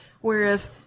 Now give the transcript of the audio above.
Whereas